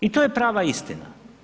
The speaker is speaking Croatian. I to je prava istina.